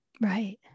Right